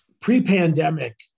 pre-pandemic